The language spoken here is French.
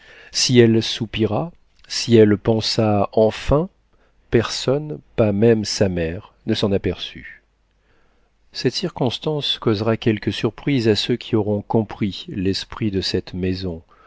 si elle soupira si elle pensa enfin personne pas même sa mère ne s'en aperçut cette circonstance causera quelque surprise à ceux qui auront compris l'esprit de cette maison